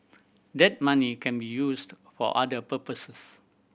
that money can be used for other purposes